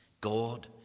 God